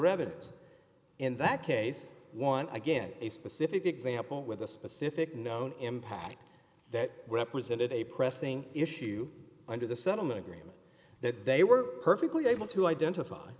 revenues in that case once again a specific example with a specific known impact that represented a pressing issue under the settlement agreement that they were perfectly able to identify